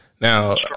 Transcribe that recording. Now